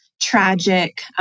tragic